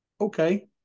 Okay